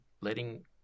letting